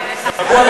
רגוע